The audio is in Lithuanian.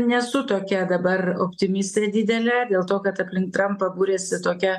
nesu tokia dabar optimistė didelė dėl to kad aplink trampą būrėsi tokia